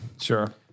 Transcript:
Sure